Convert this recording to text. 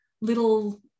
little